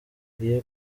ngiye